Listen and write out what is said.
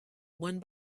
one